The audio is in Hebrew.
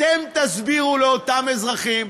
אתם תסבירו לאותם אזרחים,